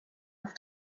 auf